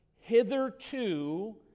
hitherto